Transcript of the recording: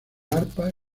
arpa